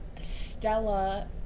Stella